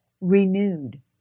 renewed